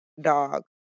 dog